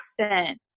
accent